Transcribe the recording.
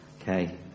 Okay